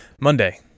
Monday